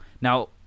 now